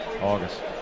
August